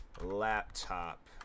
laptop